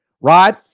Rod